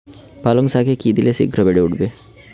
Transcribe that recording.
পালং শাকে কি দিলে শিঘ্র বেড়ে উঠবে?